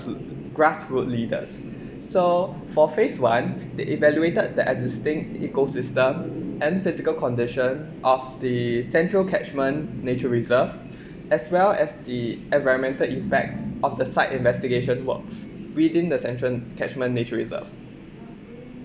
grassroot leaders so for phase one they evaluated the existing ecosystem and physical condition of the central catchment nature reserve as well as the environmental impact of the site investigation works within the central catchment nature reserve